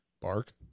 Bark